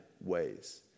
ways